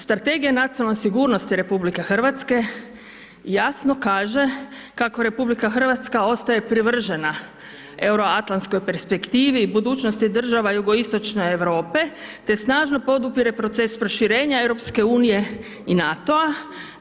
Strategija nacionalne sigurnosti RH jasno kaže kako RH ostaje privržena euroatlanskoj perspektivi, budućnosti država Jugoistočne Europe te snažno podupire proces proširenja EU i NATO-a.